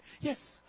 Yes